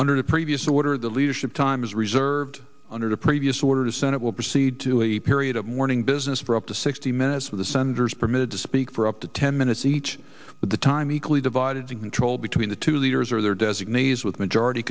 under the previous order the leadership time is reserved under the previous order senate will proceed to a period of mourning business for up to sixty minutes of the senators permitted to speak for up to ten minutes each with the time equally divided to control between the two leaders or their designees with majority